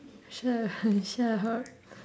sure shut up